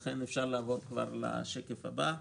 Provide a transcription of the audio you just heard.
לכן אפשר לעבור כבר לשקף הבא.